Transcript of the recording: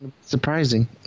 surprising